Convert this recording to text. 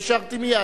ואישרתי מייד.